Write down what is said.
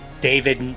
David